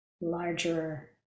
larger